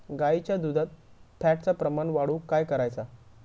गाईच्या दुधात फॅटचा प्रमाण वाढवुक काय करायचा?